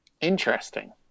interesting